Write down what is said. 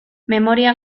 memoria